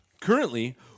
Currently